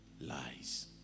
lies